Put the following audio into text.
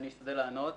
אני אשתדל לענות.